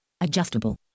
adjustable